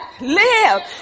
Live